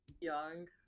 young